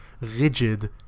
rigid